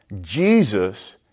Jesus